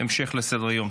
המשך לסדר-היום.